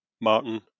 Martin